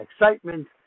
excitement